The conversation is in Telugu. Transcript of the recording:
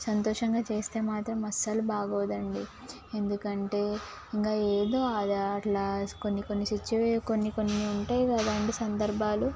సంతోషంగా చేస్తే మాత్రం అస్సలు బాగోదు అండి ఎందుకంటే ఇంకా ఏదో అది అట్లా కొన్ని కొన్ని సిచ్చువే కొన్ని కొన్ని ఉంటాయి కదండీ సందర్భాలు